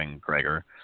Gregor